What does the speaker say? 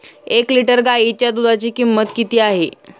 एक लिटर गाईच्या दुधाची किंमत किती आहे?